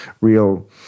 real